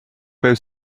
both